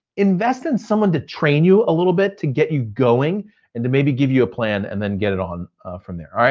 invest in someone to train you a little bit to get you going and to maybe give you a plan and then get it on from there.